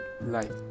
light